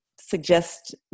suggest